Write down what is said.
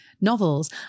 novels